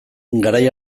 garai